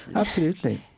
absolutely.